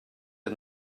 and